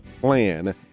plan